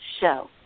Show